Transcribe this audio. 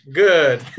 good